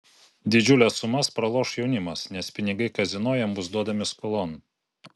didžiules sumas praloš jaunimas nes pinigai kazino jiems bus duodami skolon